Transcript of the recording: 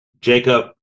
jacob